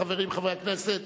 חברים, חברי הכנסת,